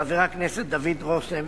חבר הכנסת דוד רותם,